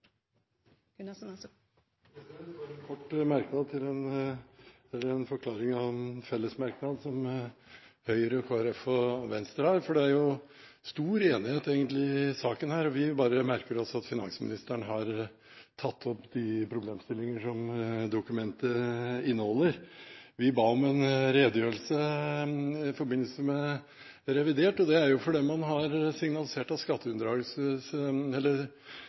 en kort merknad for å forklare en fellesmerknad som Høyre, Kristelig Folkeparti og Venstre har. Det er egentlig stor enighet i saken her. Vi bare merker oss at finansministeren har tatt opp de problemstillinger som dokumentet inneholder. Vi ba om en redegjørelse i forbindelse med revidert. Det er fordi man har signalisert at